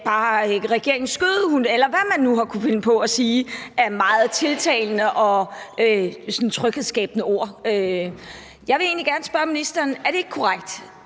er regeringens skødehund, eller hvad man nu har kunnet finde på at sige af meget tiltalende og sådan tryghedsskabende ord. Jeg vil egentlig gerne spørge ministeren: Er det ikke korrekt,